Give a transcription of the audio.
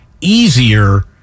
easier